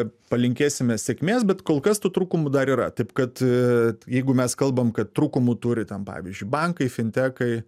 palinkėsime sėkmės bet kol kas tų trūkumų dar yra taip kad jeigu mes kalbam kad trūkumų turi ten pavyzdžiui bankai fintekai